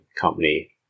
company